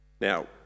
Now